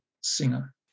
singer